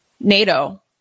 NATO